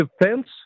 defense